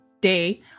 day